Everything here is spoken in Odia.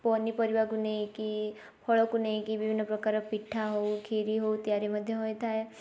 ପନିପରିବାକୁ ନେଇକି ଫଳକୁ ନେଇକି ବିଭିନ୍ନ ପ୍ରକାର ପିଠା ହଉ କ୍ଷୀରି ହଉ ତିଆରି ମଧ୍ୟ ହୋଇଥାଏ